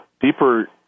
deeper